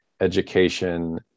education